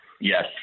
Yes